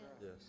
Yes